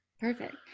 Perfect